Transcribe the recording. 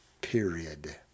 period